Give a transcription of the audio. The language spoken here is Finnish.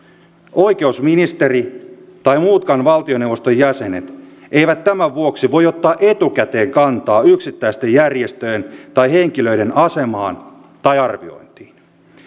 oikeusministeri tai muutkaan valtioneuvoston jäsenet eivät tämän vuoksi voi ottaa etukäteen kantaa yksittäisten järjestöjen tai henkilöiden asemaan tai arviointiin